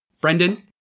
Brendan